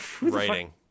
writing